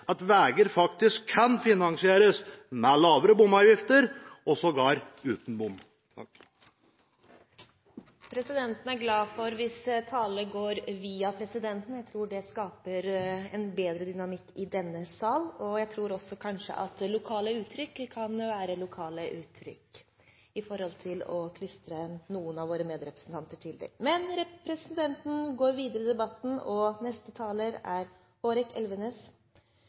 at veier faktisk kan finansieres med lavere bomavgifter, og sågar uten bom. Presidenten blir glad hvis talen går via presidenten, jeg tror det skaper en bedre dynamikk i salen. Jeg tror kanskje også at lokale uttrykk kan være lokale uttrykk, med tanke på det å klistre noen av våre medrepresentanter til dem. Jernbanen har vært så godt som glemt i